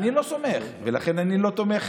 אני לא סומך, ולכן אני לא תומך